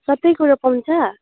सबै कुरो पाउँछ